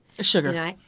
Sugar